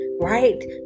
right